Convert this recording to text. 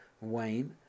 Wayne